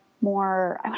more